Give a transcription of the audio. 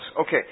Okay